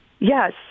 Yes